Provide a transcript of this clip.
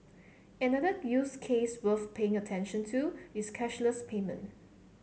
another use case worth paying attention to is cashless payment